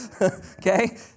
okay